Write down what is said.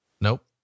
Nope